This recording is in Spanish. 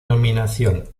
nominación